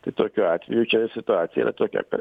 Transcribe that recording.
tai tokiu atveju čia situacija yra tokia kad